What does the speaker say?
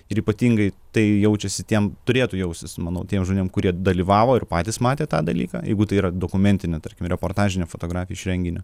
ir ypatingai tai jaučiasi tiem turėtų jaustis manau tiem žmonėm kurie dalyvavo ir patys matė tą dalyką jeigu tai yra dokumentinė tarkim reportažinė fotografija iš renginio